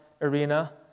Arena